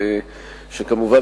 שכמובן,